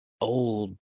old